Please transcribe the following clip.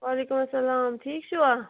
وعلیکُم اسلام ٹھیٖک چھِوٕ